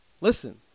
Listen